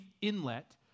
inlet